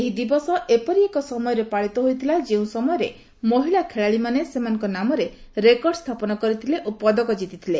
ଏହି ଦିବସ ଏପରି ଏକ ସମୟରେ ପାଳିତ ହୋଇଥିଲା ଯେଉଁ ସମୟରେ ମହିଳା ଖେଳାଳିମାନେ ସେମାନଙ୍କ ନାମରେ ରେକର୍ଡ଼ ସ୍ଥାପନ କରିଥିଲେ ଓ ପଦକ ଜିତିଥିଲେ